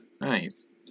Nice